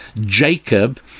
Jacob